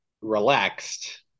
relaxed